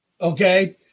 Okay